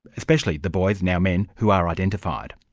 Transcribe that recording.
especially the boys, now men, who are identified.